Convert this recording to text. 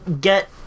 get